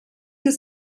des